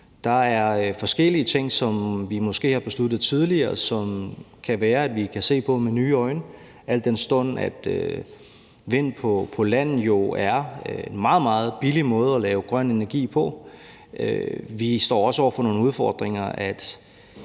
Der er forskellige ting, som vi måske har besluttet tidligere, og som det kan være vi kan se på med nye øjne, al den stund at vind på land jo er en meget, meget billig måde at lave grøn energi på. Vi står også over for nogle udfordringer